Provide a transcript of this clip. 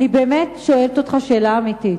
אני באמת שואלת אותך שאלה אמיתית,